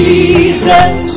Jesus